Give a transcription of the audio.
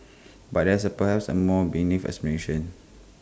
but there is perhaps A more benign explanation